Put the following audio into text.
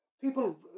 people